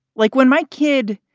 like when my kid,